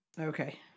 Okay